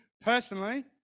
personally